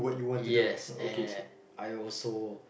yes and I also